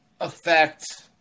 affect